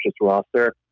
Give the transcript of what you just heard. roster